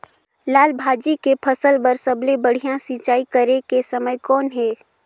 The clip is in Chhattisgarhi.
लाल भाजी के फसल बर सबले बढ़िया सिंचाई करे के समय कौन हे?